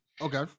Okay